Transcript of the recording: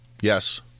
Yes